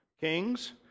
Kings